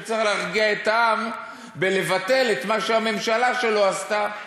שצריך להרגיע את העם ולבטל את מה שהממשלה שלו עשתה.